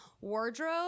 Wardrobe